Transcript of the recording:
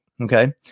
okay